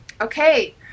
Okay